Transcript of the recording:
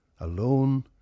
Alone